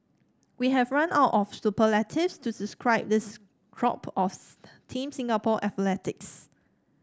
we have run out of superlatives to describe this crop of Team Singapore athletes